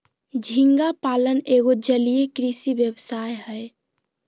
झींगा पालन एगो जलीय कृषि व्यवसाय हय